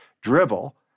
drivel